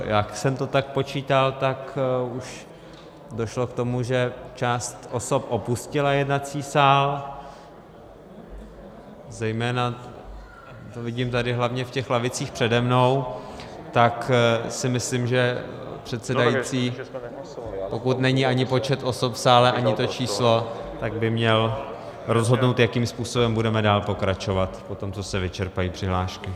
Jak jsem to tak počítal, tak už došlo k tomu, že část osob opustila jednací sál, zejména vidím tady hlavně v těch lavicích přede mnou, tak si myslím, že předsedající, pokud není ani počet osob v sále, ani to číslo, tak by měl rozhodnout, jakým způsobem budeme dál pokračovat po tom, co se vyčerpají přihlášky.